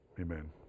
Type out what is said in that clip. Amen